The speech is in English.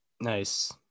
nice